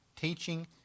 teaching